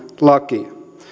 lakia